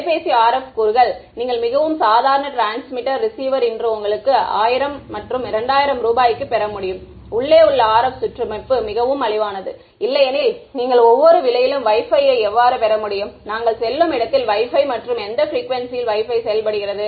தொலைபேசி RF கூறுகள் நீங்கள் மிகவும் சாதாரண டிரான்ஸ்மிட்டர் ரிசீவர் transmitter receiver இன்று உங்களுக்கு 1000 2000 ரூபாய்க்கு பெற முடியும் உள்ளே உள்ள RF சுற்றமைப்பு மலிவானது இல்லையெனில் நீங்கள் ஒவ்வொரு விலையிலும் Wi Fi ஐ எவ்வாறு பெற முடியும் நாங்கள் செல்லும் இடத்தில் வைஃபை மற்றும் எந்த ப்ரிக்குவேன்சியில் வைஃபை செயல்படுகிறது